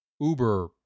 uber